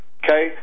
okay